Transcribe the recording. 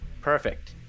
perfect